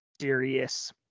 serious